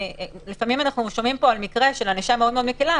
לפעמים אנחנו שומעים פה על מקרה של ענישה מאוד מקלה,